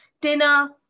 dinner